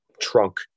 trunk